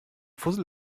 fussel